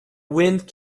wind